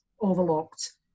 overlooked